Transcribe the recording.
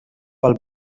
pel